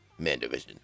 MandoVision